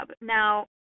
Now